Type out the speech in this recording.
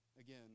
again